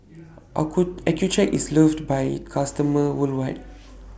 Accucheck IS loved By customers worldwide